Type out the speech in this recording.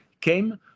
came